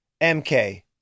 MK